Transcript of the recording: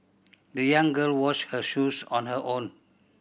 the young girl washed her shoes on her own